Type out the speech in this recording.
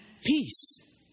peace